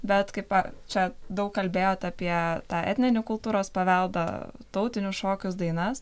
bet kaip pa čia daug kalbėjot apie tą etninį kultūros paveldą tautinius šokius dainas